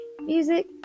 music